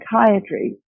psychiatry